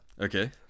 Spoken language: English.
Okay